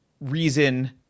reason